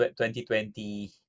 2020